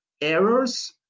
errors